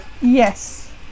Yes